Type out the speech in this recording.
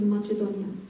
Macedonia